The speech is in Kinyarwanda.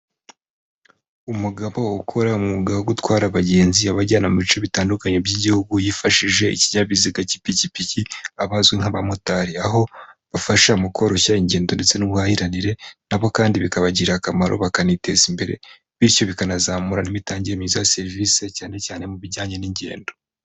Umugabo ukora umwuga wo gutwara abagenzi abajyana mu bice bitandukanye by'igihugu, yifashishije ikinyabiziga cy'ipikipiki, abazwi nk'abamotari, aho bafasha mu koroshya ingendo ndetse n'ubuhahire nabo kandi bikabagirira akamaro bakaniteza imbere, bityo bikanazamura n'imitangire myiza ya serivisi cyane cyane mu bijyanye n'ingendo.